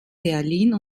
berlin